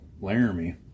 Laramie